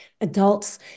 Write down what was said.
adults